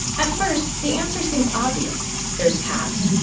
at first, the answer seems obvious there's past,